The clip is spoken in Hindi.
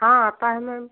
हाँ आता है मैम